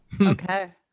Okay